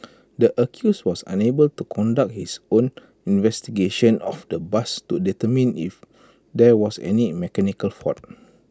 the accused was unable to conduct his own investigation of the bus to determine if there was any mechanical fault